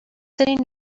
sitting